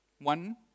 One